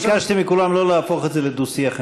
אני ביקשתי מכולם שלא להפוך את זה לדו-שיח.